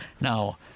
Now